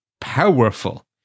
powerful